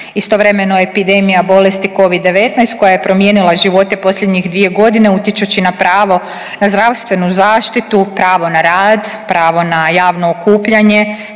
Istovremeno epidemija bolesti covid-19 koja je promijenila živote posljednjih dvije godine utječući na pravo na zdravstvenu zaštitu, pravo na rad, pravo na javno okupljanje,